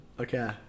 Okay